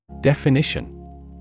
Definition